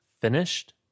finished